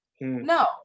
No